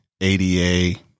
ADA